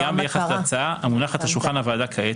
גם ביחס להצעה המונחת על שולחן הוועדה כעת,